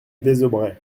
désaubrais